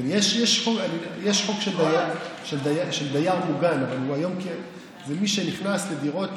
יש חוק של דייר מוגן, אבל זה מי שנכנס לדירות